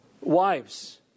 Wives